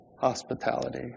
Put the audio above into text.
hospitality